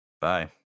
Bye